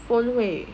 phone 会